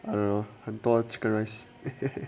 I don't know 很多 chicken rice